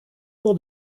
pour